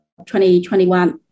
2021